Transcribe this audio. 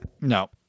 No